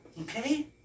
okay